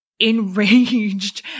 enraged